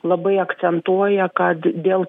labai akcentuoja kad dėl